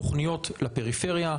תוכניות לפריפריה,